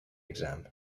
exam